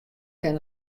kin